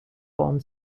born